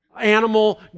animal